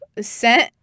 sent